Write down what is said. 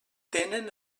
tenen